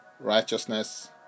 righteousness